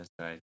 right